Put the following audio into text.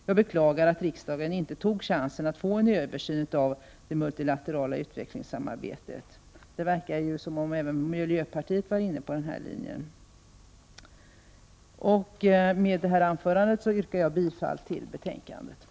Jag beklagar att riksdagen inte tog chansen att få en översyn av det multilaterala utvecklingssamarbetet. Det verkar ju också som om miljöpartiet var inne på den linjen. Med det anförda yrkar jag bifall till utskottets hemställan.